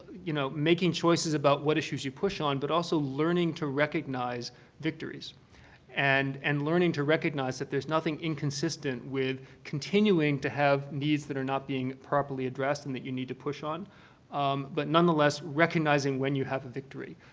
you know, making choices about what issues you push on but also learning to recognize victories and and learning to recognize that there's nothing inconsistent with continuing to have needs that are not being properly addressed and that you need to push on um but, nonetheless, recognizing when have you a victory,